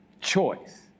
choice